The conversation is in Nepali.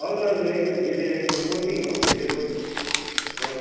हजुर हजुर एकदम भिडियो एकदम कोचिङ हो भिडियो कोच बस